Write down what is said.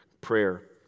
prayer